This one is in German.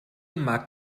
mag